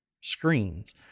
screens